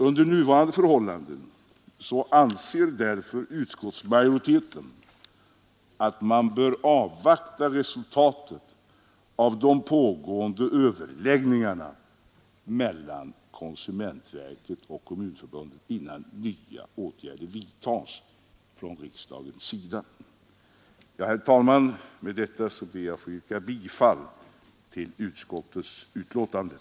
Under nuvarande förhållanden anser därför utskottsmajoriteten att man bör avvakta resultatet av de pågående överläggningarna mellan konsumentverket och Kommunförbundet, innan nya åtgärder beslutas av riksdagen. Herr talman! Med det anförda ber jag att få yrka bifall till utskottets hemställan.